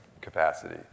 capacity